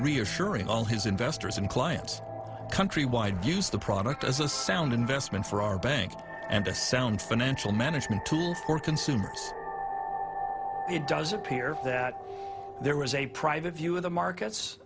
reassuring all his investors and clients countrywide views the product as a sound investment for our bank and a sound financial management tools for consumers it does appear that there was a private view of the markets